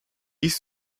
ich